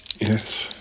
Yes